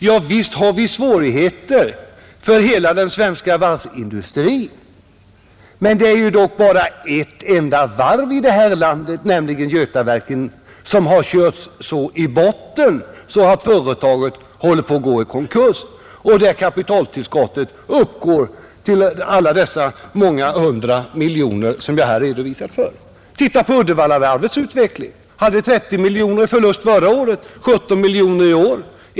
Ja, visst föreligger det svårigheter för hela den svenska varvsindustrin, Men det är ju bara ett enda varv i det här landet, nämligen Götaverken, som har körts så i botten att företaget håller på att gå i konkurs, och där kapitaltillskottet uppgår till de många hundra miljoner som jag förut redovisade. Titta på Uddevallavarvets utveckling! Det hade 30 miljoner i förlust förra året, 19 miljoner i år.